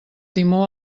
timó